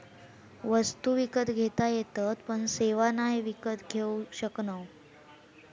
वस्तु विकत घेता येतत पण सेवा नाय विकत घेऊ शकणव